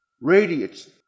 Radiates